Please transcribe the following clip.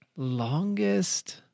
Longest